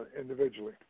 individually